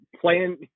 playing